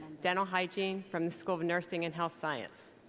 dental hygiene from the school of nursing and health science.